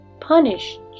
punished